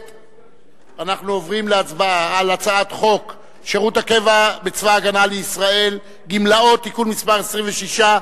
על הצעת חוק שירות הקבע בצבא-הגנה לישראל (גמלאות) (תיקון מס' 26),